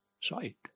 sight